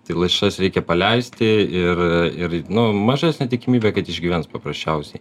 tai lašišas reikia paleisti ir ir nu mažesnė tikimybė kad išgyvens paprasčiausiai